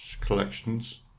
Collections